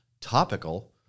topical